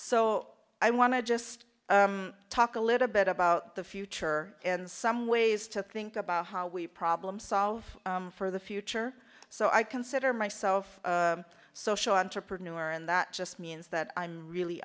so i want to just talk a little bit about the future and some ways to think about how we problem solve for the future so i consider myself a social entrepreneur and that just means that i'm really